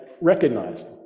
recognized